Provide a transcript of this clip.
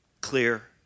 Clear